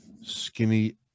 Skinny